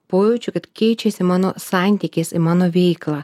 pojūčių kad keičiasi mano santykis į mano veiklą